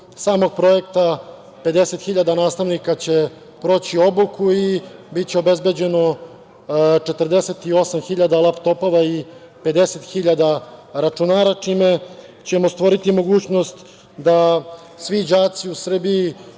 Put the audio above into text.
samog projekta 50 hiljada nastavnika će proći obuku i biće obezbeđeno 48 hiljada laptopova i 50 hiljada računara, čime ćemo stvoriti mogućnost da svi đaci u Srbiji